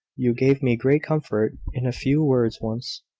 you gave me great comfort in a few words once,